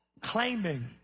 Claiming